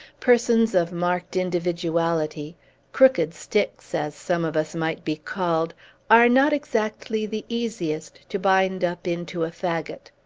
persons of marked individuality crooked sticks, as some of us might be called are not exactly the easiest to bind up into a fagot.